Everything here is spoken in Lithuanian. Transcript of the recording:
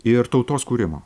ir tautos kūrimo